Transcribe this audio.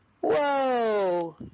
Whoa